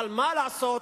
אבל מה לעשות